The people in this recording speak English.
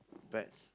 pets